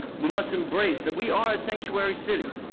we must embrace that we are a sanctuary city,